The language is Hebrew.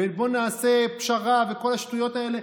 ובואו נעשה פשרה וכל השטויות האלה,